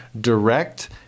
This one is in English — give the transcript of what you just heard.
direct